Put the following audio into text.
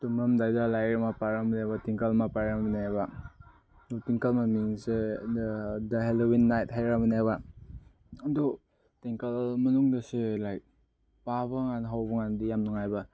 ꯇꯨꯃꯝꯗꯥꯏꯗ ꯂꯥꯏꯔꯤꯛ ꯑꯃ ꯄꯥꯔꯝꯃꯦꯕ ꯇ꯭ꯋꯤꯡꯀꯜ ꯑꯃ ꯄꯥꯔꯝꯕꯅꯦꯕ ꯑꯗꯨ ꯇ꯭ꯋꯤꯡꯀꯜ ꯃꯃꯤꯡꯁꯦ ꯗ ꯍꯦꯂꯣꯋꯤꯟ ꯅꯥꯏꯠ ꯍꯥꯏꯕꯅꯦꯕ ꯑꯗꯨ ꯇ꯭ꯋꯤꯡꯀꯜ ꯃꯅꯨꯡꯗꯁꯦ ꯂꯥꯏꯛ ꯄꯥꯕꯀꯥꯟ ꯍꯧꯕꯀꯥꯟꯗꯗꯤ ꯌꯥꯝ ꯅꯨꯡꯉꯥꯏꯕ ꯂꯥꯏꯛ